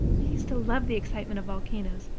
used to love the excitement of volcanoes,